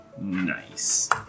Nice